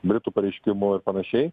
britų pareiškimų ir panašiai